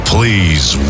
Please